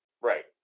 right